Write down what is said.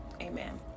Amen